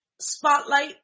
spotlight